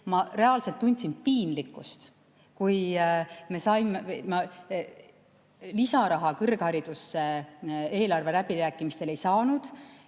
Ma reaalselt tundsin piinlikkust, kui me lisaraha kõrgharidusse eelarve läbirääkimistel ei saanud,